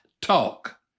Talk